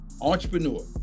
entrepreneur